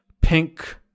pink